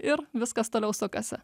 ir viskas toliau sukasi